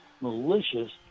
malicious